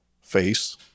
face